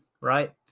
right